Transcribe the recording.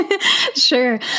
Sure